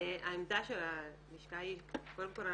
העמדה של השלכה היא קודם כל,